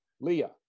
leah